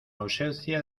ausencia